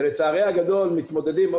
ולצערי הגדול מתמודדים,